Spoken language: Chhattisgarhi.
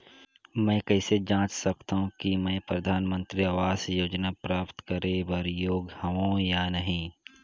मैं कइसे जांच सकथव कि मैं परधानमंतरी आवास योजना प्राप्त करे बर योग्य हववं या नहीं?